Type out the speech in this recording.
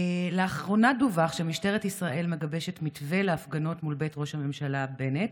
לאחרונה דווח שמשטרת ישראל מגבשת מתווה להפגנות מול בית ראש הממשלה בנט